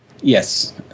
Yes